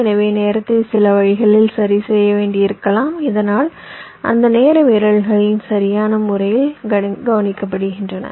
எனவே நேரத்தை சில வழிகளில் சரிசெய்ய வேண்டியிருக்கலாம் இதனால் அந்த நேர மீறல்கள் சரியான முறையில் கவனிக்கப்படுகின்றன